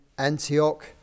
Antioch